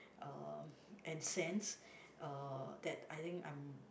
uh and cents uh that I think I'm